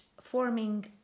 forming